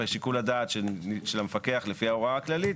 ושיקול הדעת של המפקח לפי ההוראה הכללית,